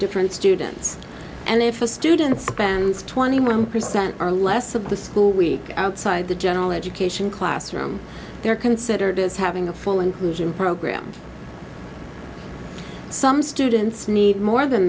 different students and if a student spends twenty one percent or less of the school week outside the general education classroom they're considered as having a full inclusion program some students need more than